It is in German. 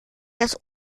das